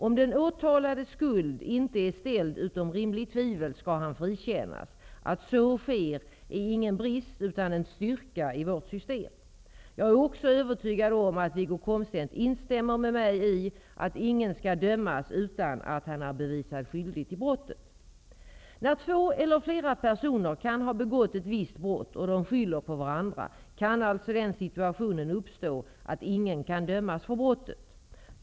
Om den åtalades skuld inte är ställd utom rimligt tvivel skall han frikännas. Att så sker är ingen brist utan en styrka i vårt system. Jag är också övertygad om att Wiggo Komstedt instämmer med mig i att ingen skall dömas utan att han är bevisad skyldig till brottet. När två eller flera personer kan ha begått ett visst brott och de skyller på varandra kan alltså den situationen uppstå att ingen kan dömas för brottet.